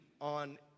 on